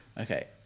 Okay